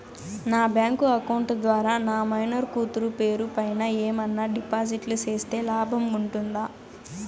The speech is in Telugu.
నా బ్యాంకు అకౌంట్ ద్వారా నా మైనర్ కూతురు పేరు పైన ఏమన్నా డిపాజిట్లు సేస్తే లాభం ఉంటుందా?